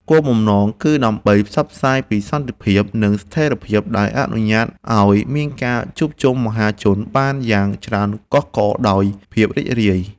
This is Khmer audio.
គោលបំណងគឺដើម្បីផ្សព្វផ្សាយពីសន្តិភាព និងស្ថិរភាពដែលអនុញ្ញាតឱ្យមានការជួបជុំមហាជនបានយ៉ាងច្រើនកុះករដោយភាពរីករាយ។